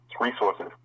resources